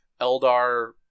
Eldar